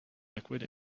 liquid